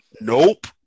Nope